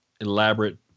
elaborate